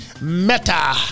meta